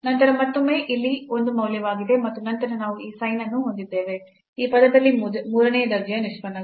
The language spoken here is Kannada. ನಂತರ ಮತ್ತೊಮ್ಮೆ ಇಲ್ಲಿ ಒಂದು ಮೌಲ್ಯವಾಗಿದೆ ಮತ್ತು ನಂತರ ನಾವು ಈ sin ಅನ್ನು ಹೊಂದಿದ್ದೇವೆ ಈ ಪದದಲ್ಲಿ ಮೂರನೇ ದರ್ಜೆಯ ನಿಷ್ಪನ್ನಗಳು